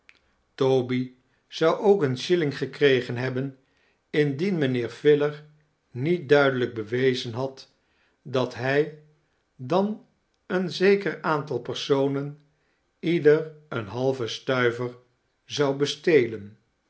toby zou ook een shilling gekregen hebben indien mijnheer filer niet duidelijk bewezen had dat hij dan een zeker aantal personen ieder een halven stuiver zou bestelen